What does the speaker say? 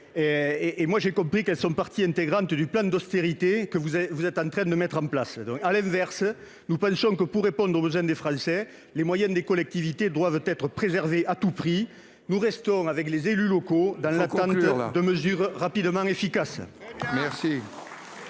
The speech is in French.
pour ma part, qu'elles seront partie intégrante du plan d'austérité que vous êtes en train de mettre en place. À l'inverse, nous pensons que, pour répondre aux besoins des Français, les moyens des collectivités doivent être préservés à tout prix. Avec les élus locaux, nous restons dans l'attente de mesures rapidement efficaces.